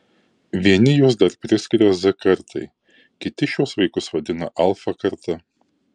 vieni juos dar priskiria z kartai kiti šiuos vaikus vadina alfa karta